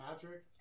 Patrick